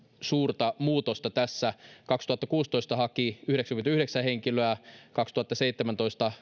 suurta muutosta tässä kaksituhattakuusitoista haki yhdeksänkymmentäyhdeksän henkilöä kaksituhattaseitsemäntoista